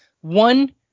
one